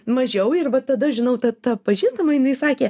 mažiau ir va tada žinau ta ta pažįstama jinai sakė